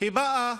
באה